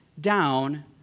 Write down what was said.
down